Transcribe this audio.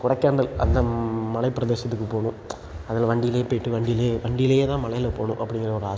கொடைக்கானல் அந்த மலைப்பிரதேசத்துக்கு போகணும் அதில் வண்டிலியே போய்விட்டு வண்டிலியே வண்டிலியே தான் மலையில் போகணும் அப்படிங்கற ஒரு ஆசை